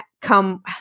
come